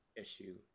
issue